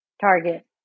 target